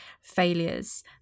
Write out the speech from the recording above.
failures